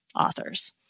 authors